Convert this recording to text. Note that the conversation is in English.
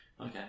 Okay